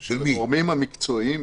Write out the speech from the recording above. של הגורמים המקצועיים